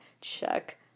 check